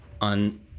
on